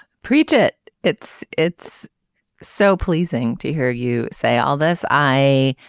preach it. it's it's so pleasing to hear you say all this. i